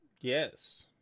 Yes